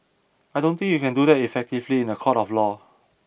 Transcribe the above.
I don't think you can do that effectively in a court of law